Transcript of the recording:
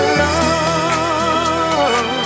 love